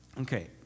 Okay